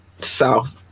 South